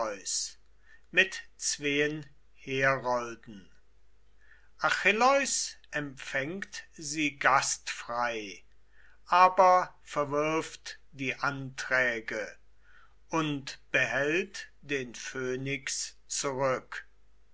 mit zween herolden achilleus empfängt sie gastfrei aber verwirft die anträge und behält den phönix zurück